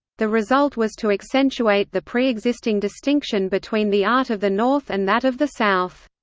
the result was to accentuate the pre-existing distinction between the art of the north and that of the south.